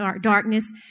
darkness